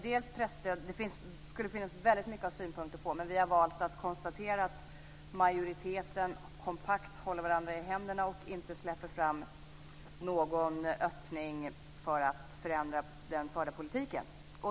Det skulle finnas väldigt mycket att ha synpunkter på, men vi har valt att konstatera att majoriteten är kompakt, håller varandra i händerna och inte släpper fram någon öppning för att förändra den förda politiken.